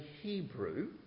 Hebrew